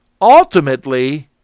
ultimately